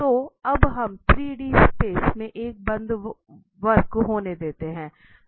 तो अब हम 3D स्पेस में एक बंद वक्र होने देते हैं